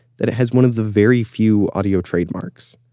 that it has one of the very few audio trademarks,